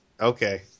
Okay